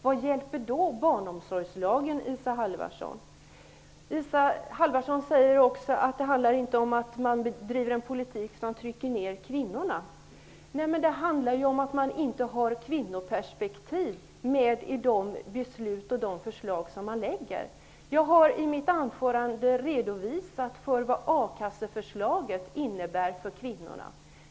Vad hjälper då barnomsorgslagen, Isa Halvarsson? Isa Halvarsson säger också att det inte handlar om att man bedriver en politik som trycker ned kvinnorna. Men det handlar om att man inte har kvinnoperspektiv med i de beslut och de förslag som man lägger fram. Jag har i mitt anförande redovisat vad a-kasseförslaget innebär för kvinnorna.